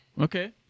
Okay